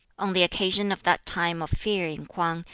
on the occasion of that time of fear in k'wang,